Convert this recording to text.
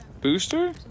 Booster